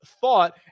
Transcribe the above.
thought